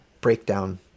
breakdown